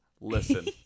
Listen